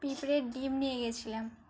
পিঁপড়ের ডিম নিয়ে গিয়েছিলাম